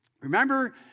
Remember